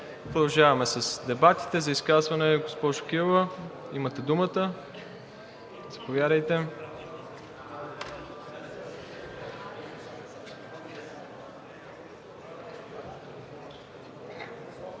Продължаваме с дебатите. За изказване – госпожо Кирова, имате думата. Заповядайте.